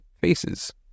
faces